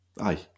Aye